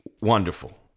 wonderful